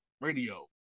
radio